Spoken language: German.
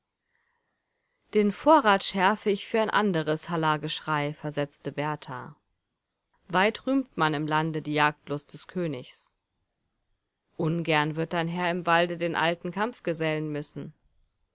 den vorrat schärfe ich für ein anderes halageschrei versetzte berthar weit rühmt man im lande die jagdlust des königs ungern wird dein herr im walde den alten kampfgesellen missen